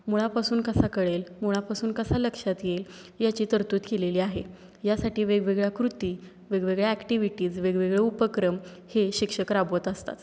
मुळापासून कसा कळेल मुळापासून कसा लक्षात येईल याची तरतूद केलेली आहे यासाठी वेगवेगळ्या कृती वेगवेगळ्या ॲक्टिव्हिटीज वेगवेगळे उपक्रम हे शिक्षक राबवत असतात